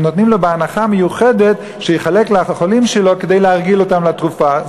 והם נותנים לו בהנחה מיוחדת שיחלק לחולים שלו כדי להרגיל אותם לתרופה.